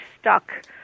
stuck